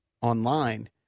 online